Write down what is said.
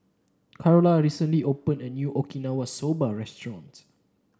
Karla recently opened a new Okinawa Soba Restaurant